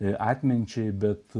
ir atminčiai bet